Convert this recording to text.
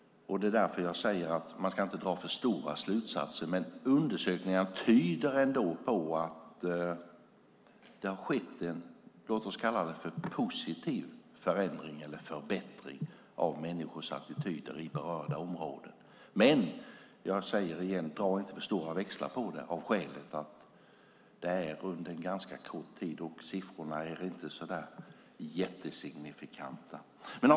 Det är därför man inte ska dra för stora slutsatser. Undersökningarna tyder ändå på att det har skett en positiv förändring eller förbättring av människors attityder i berörda områden. Jag vill återigen säga att man inte ska dra för stora växlar på det. Undersökningarna är gjorda under ganska kort tid och inte så där jättesignifikanta. Herr talman!